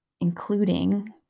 including